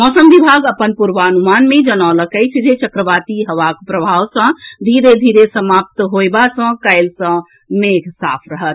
मौसम विभाग अपन पूर्वानुमान मे जनौलक अछि जे चक्रवाती हवाक प्रभाव धीरे धीरे समाप्त होयबा सॅ काल्हि सॅ मेघ साफ रहत